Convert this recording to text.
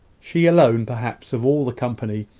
she alone, perhaps, of all the company,